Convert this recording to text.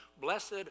Blessed